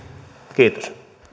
kiitos